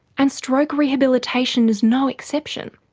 and stroke rehabilitation is no exception.